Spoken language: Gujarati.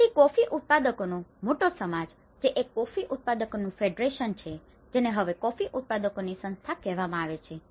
તેથી કોફી ઉત્પાદકોનો મોટો સમાજ જે એક કોફી ઉત્પાદકોનું ફેડરેશન federationસંઘ છે જેને હવે કોફી ઉત્પાદકોની સંસ્થા કહેવામાં આવે છે